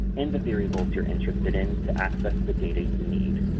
and the variables you're interested in to access the data you need.